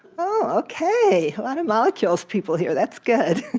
oh, ok, a lot of molecules people here, that's good.